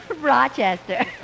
Rochester